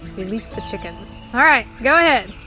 release the chickens. all right go ahead.